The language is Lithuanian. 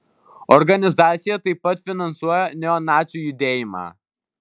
organizacija taip pat finansuoja neonacių judėjimą